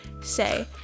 say